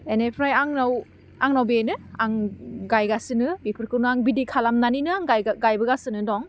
बेनिफ्राय आंनाव आंनाव बेनो आं गायगासिनो बेफोरखौनो आं बिदि खालामनानैनो आं गायगा गायबोगासिनो दं